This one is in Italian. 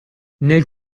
nel